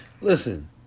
Listen